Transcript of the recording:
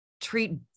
treat